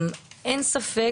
אין ספק,